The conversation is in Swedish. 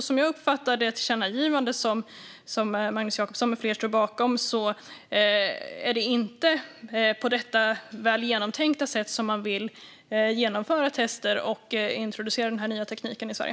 Som jag uppfattar det tillkännagivande som Magnus Jacobsson med flera står bakom är det inte på detta väl genomtänkta sätt som man vill genomföra tester och introducera denna nya teknik i Sverige.